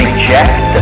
Reject